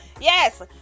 Yes